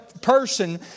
person